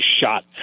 shot